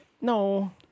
No